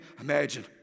imagine